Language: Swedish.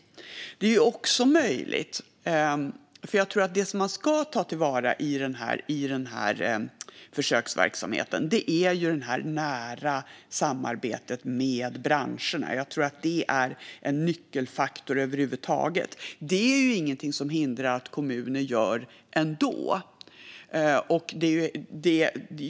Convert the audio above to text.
Det är också möjligt. Jag tror att det som man ska ta till vara i denna försöksverksamhet är det nära samarbetet med branscherna. Jag tror att det är en nyckelfaktor över huvud taget. Det är inget som hindrar att kommuner gör det ändå.